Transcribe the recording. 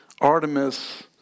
Artemis